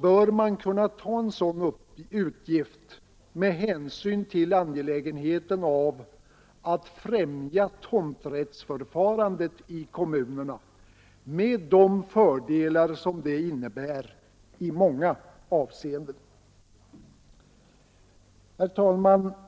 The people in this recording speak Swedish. bör man kunna ta en sådan utgift med hänsyn till angelägenheten av att främja tomträttsförfarandet i kommunerna, med de fördelar detta innebär i många avseenden. Herr talman!